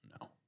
No